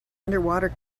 underwater